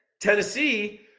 Tennessee